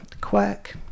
quirk